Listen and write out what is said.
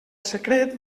secret